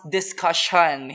discussion